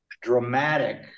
dramatic